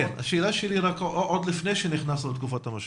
השאלה שלי מתייחסת לתקופה טרם המשבר.